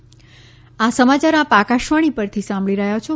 corona appeal આ સમાચાર આપ આકાશવાણી પરથી સાંભળી રહ્યા છો